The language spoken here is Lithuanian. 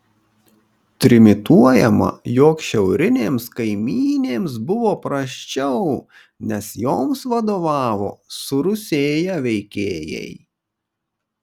trimituojama jog šiaurinėms kaimynėms buvo prasčiau nes joms vadovavo surusėję veikėjai